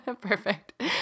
perfect